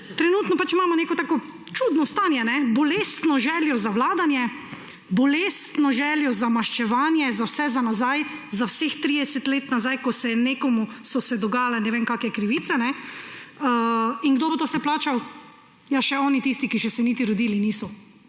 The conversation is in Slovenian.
Trenutno imamo neko tako čudno stanje, bolestno željo za vladanje, bolestno željo za maščevanje, za vse za nazaj, za vseh 30 let nazaj, ko so se nekomu dogajale ne vem kakšne krivice. In kdo bo vse to plačal? Še tisti, ki se še niti rodili niso.